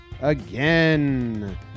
again